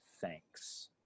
thanks